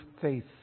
faith